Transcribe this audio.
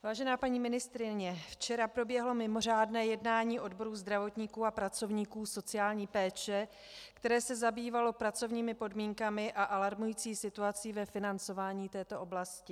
Vážená paní ministryně, včera proběhlo mimořádné jednání odboru zdravotníků a pracovníků sociální péče, které se zabývalo pracovními podmínkami a alarmující situací ve financování této oblasti.